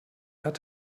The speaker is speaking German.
hat